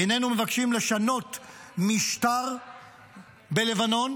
איננו מבקשים לשנות משטר בלבנון.